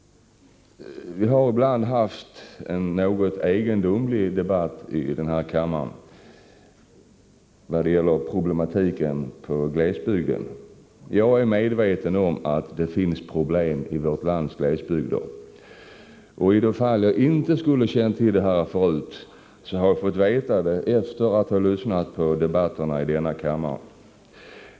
Vi har ibland haft en något egendomlig debatt i den här kammaren när det gäller problematiken i glesbygden. Jag är medveten om att det finns problem i vårt lands glesbygder. Och skulle jag inte ha känt till detta förut, så har jag fått veta det efter att ha lyssnat till debatterna i denna kammare.